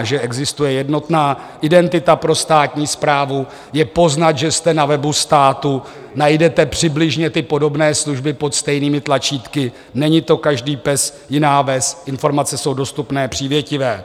Že existuje jednotná identita pro státní správu, je poznat, že jste na webu státu, najdete přibližně ty podobné služby pod stejnými tlačítky, není to každý pes jiná ves, informace jsou dostupné, přívětivé.